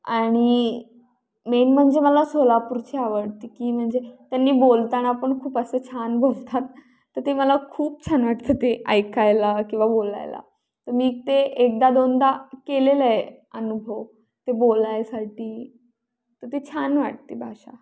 आणि मेन म्हणजे मला सोलापूरची आवडते की म्हणजे त्यांनी बोलताना पण खूप असं छान बोलतात तर ते मला खूप छान वाटतं ते ऐकायला किंवा बोलायला तर मी ते एकदा दोनदा केलेला आहे अनुभव ते बोलण्यासाठी तर ती छान वाटती भाषा